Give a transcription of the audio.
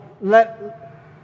Let